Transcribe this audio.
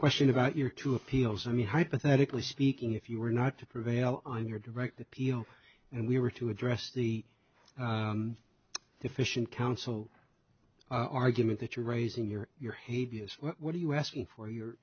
question about your two appeals to me hypothetically speaking if you were not to prevail on your direct appeal and we were to address the deficient counsel argument that you are raising your your he'd be as what are you asking for your